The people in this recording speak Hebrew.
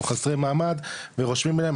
או חסרי מעמד ורושמים להם,